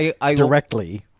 directly